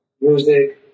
music